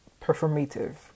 performative